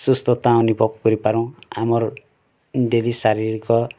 ସୁସ୍ଥତା ଅନୁଭବ କରି ପାରୁ ଆମର୍ ଡେଲି ଶାରୀରିକ